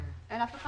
אין אף אחד